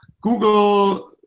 google